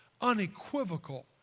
unequivocal